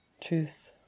Truth